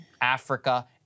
Africa